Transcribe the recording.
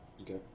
Okay